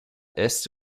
est